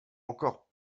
encore